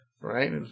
Right